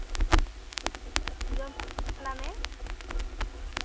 ᱡᱚᱢ ᱥᱟᱱᱟᱢᱮ